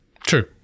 True